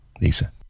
Lisa